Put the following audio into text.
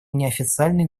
неофициальной